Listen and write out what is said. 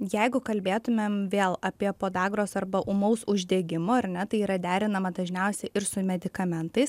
jeigu kalbėtumėm vėl apie podagros arba ūmaus uždegimo ar ne tai yra derinama dažniausiai ir su medikamentais